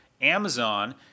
Amazon